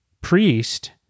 priest